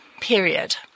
period